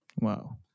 Wow